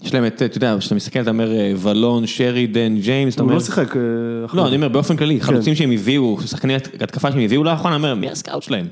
יש להם את, אתה יודע, כשאתה מסתכל אתה אומר ואלון, שרידן, ג'יימס, אתה אומר... הוא לא שיחק... לא, אני אומר באופן כללי, חלוצים שהם הביאו, שחקנים התקפה שהם הביאו לאחרונה, אני אומר, מי הסקאוט שלהם?